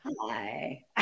Hi